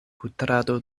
putrado